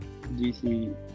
DC